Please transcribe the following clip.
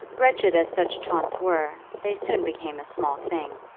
wretched as such taunts were, they soon became a small thing.